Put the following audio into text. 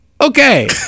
Okay